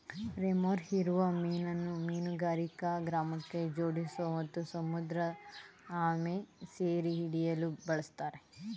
remora ಹೀರುವ ಮೀನನ್ನು ಮೀನುಗಾರಿಕಾ ಮಾರ್ಗಕ್ಕೆ ಜೋಡಿಸೋ ಮತ್ತು ಸಮುದ್ರಆಮೆ ಸೆರೆಹಿಡಿಯಲು ಬಳುಸ್ತಾರೆ